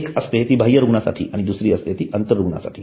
एक असते ती बाह्यरुग्णांसाठी आणि दुसरी असते ती आंतररुग्णांसाठी